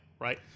right